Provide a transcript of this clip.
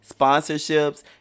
Sponsorships